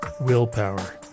willpower